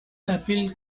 appeal